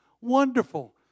wonderful